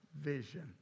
vision